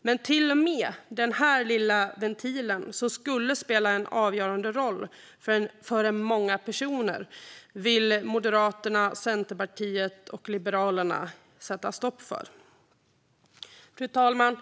Men till och med den här lilla ventilen som skulle kunna spela en avgörande roll för många vill Moderaterna, Centerpartiet och Liberalerna sätta stopp för. Fru talman!